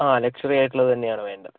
ആ ലക്ഷ്യുറി ആയിട്ടുള്ളത് തന്നെയാണ് വേണ്ടത്